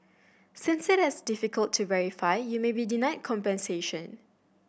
since it has difficult to verify you may be denied compensation